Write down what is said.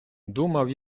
думав